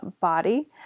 body